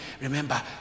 remember